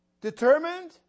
determined